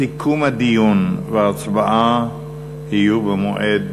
סיכום הדיון וההצבעה יהיו במועד